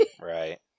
Right